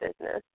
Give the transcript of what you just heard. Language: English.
business